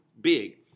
big